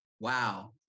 Wow